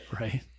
Right